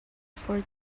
for